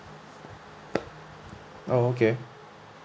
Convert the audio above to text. oh okay